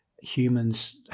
humans